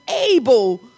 able